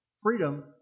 Freedom